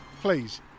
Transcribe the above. please